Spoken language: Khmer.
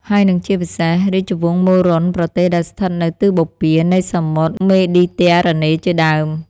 ហើយនិងជាពិសេសរាជវង្សមូរុណ្ឌប្រទេសដែលស្ថិតនៅទិសបូព៌ានៃ សមុទ្រ មេឌីទែរ៉ាណេជាដើម។